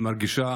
מרגישה